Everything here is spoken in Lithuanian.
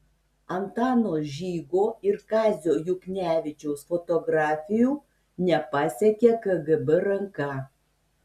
antano žygo ir kazio juknevičiaus fotografijų nepasiekė kgb ranka